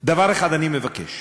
דבר אחד אני מבקש,